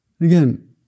Again